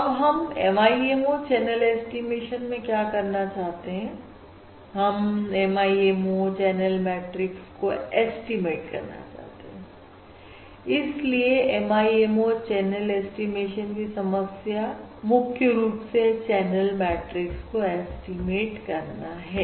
अब हम MIMO channel estimation में क्या करना चाहते हैं हम MIMO चैनल मैट्रिक्स को एस्टीमेट करना चाहते हैं इसलिए MIMO चैनल ऐस्टीमेशन की समस्या मुख्य रूप से चैनल मैट्रिक्स को एस्टीमेट करना है